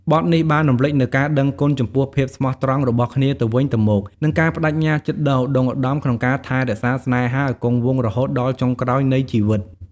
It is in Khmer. បទនេះបានរំលេចនូវការដឹងគុណចំពោះភាពស្មោះត្រង់របស់គ្នាទៅវិញទៅមក និងការប្តេជ្ញាចិត្តដ៏ឧត្តុង្គឧត្តមក្នុងការថែរក្សាស្នេហាឲ្យគង់វង្សរហូតដល់ចុងក្រោយនៃជីវិត។